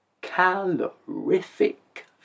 calorific